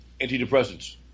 antidepressants